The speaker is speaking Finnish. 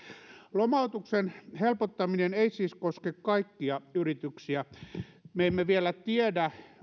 lomautuksen helpottaminen ei siis koske kaikkia yrityksiä me emme vielä tiedä